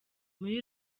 muri